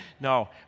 No